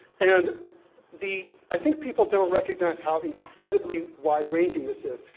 and the, i think people don't recognize how incredibly wide ranging this is.